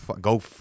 go